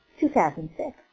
2006